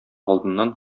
алдыннан